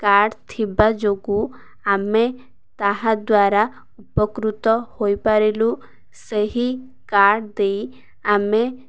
card ଥିବା ଯୋଗୁଁ ଆମେ ତାହାଦ୍ୱାରା ଉପକୃତ ହୋଇପାରିଲୁ ସେହି କାର୍ଡ଼ ଦେଇ ଆମେ